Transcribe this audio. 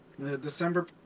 December